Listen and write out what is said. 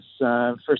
first